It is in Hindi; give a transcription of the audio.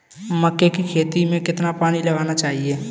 मक्के की खेती में कितना पानी लगाना चाहिए?